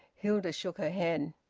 hilda shook her head.